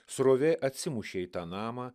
srovė atsimušė į tą namą